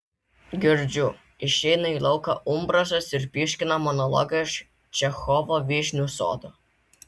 girdžiu išeina į lauką umbrasas ir pyškina monologą iš čechovo vyšnių sodo